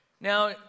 Now